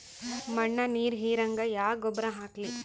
ಮಣ್ಣ ನೀರ ಹೀರಂಗ ಯಾ ಗೊಬ್ಬರ ಹಾಕ್ಲಿ?